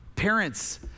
Parents